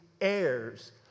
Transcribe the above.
heirs